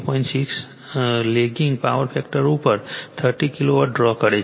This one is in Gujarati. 6 લેગિંગ પાવર ફેક્ટર ઉપર 30 KW ડ્રો કરે છે